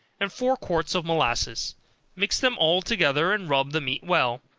and four quarts of molasses mix them all together and rub the meat well,